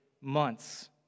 months